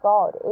God